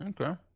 okay